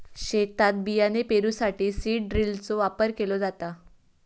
शेतात बियाणे पेरूसाठी सीड ड्रिलचो वापर केलो जाता